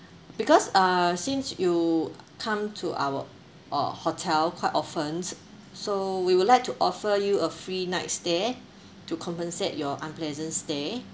because uh since you come to our uh hotel quite often so we would like to offer you a free night stay to compensate your unpleasant stay